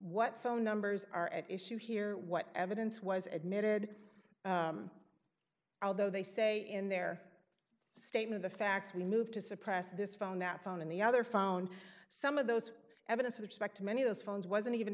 what phone numbers are at issue here what evidence was admitted although they say in their statement the facts we moved to suppress this phone that phone in the other phone some of those evidence which back to many of those phones wasn't even